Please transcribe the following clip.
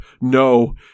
no